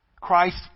Christ